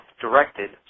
directed